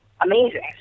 amazing